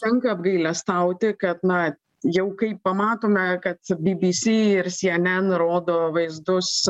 tenka apgailestauti kad na jau kai pamatome kad bbc ir cnn rodo vaizdus